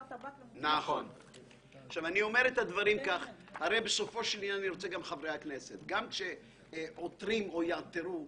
הרי בסופו של עניין, גם כשעותרים או יעתרו,